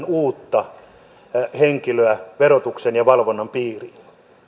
uutta henkilöä verotuksen ja valvonnan piiriin